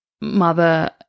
mother